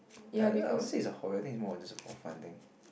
I wouldn't say it's a horder I think it's more of a just a for fun thing